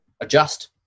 adjust